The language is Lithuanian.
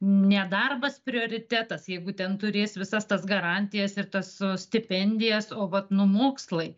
nedarbas prioritetas jeigu ten turės visas tas garantijas ir tas stipendijas o vat nu mokslai